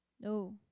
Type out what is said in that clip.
No